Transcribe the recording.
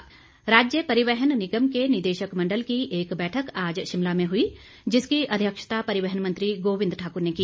HRTC राज्य परिवहन निगम के निदेशक मंडल की एक बैठक आज शिमला में हुई जिसकी अध्यक्षता परिवहन मंत्री गोविंद ठाकुर ने की